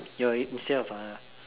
you're instead of a